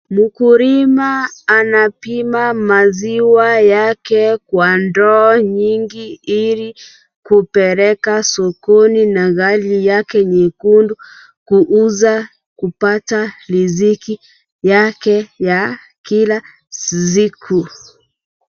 Mkulima anapima maziwa yake kwa ndoo nyingi ili kupeleka sokoni na gari yake nyekundu kuuza kupata riziki yake ya kila siku.